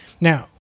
now